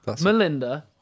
melinda